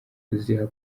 kuziha